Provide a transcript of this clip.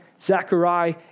Zechariah